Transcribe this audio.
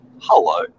Hello